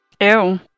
ew